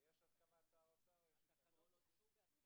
רשאי גורם אחראי לתת אישור זמני לפתיחת